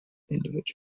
individually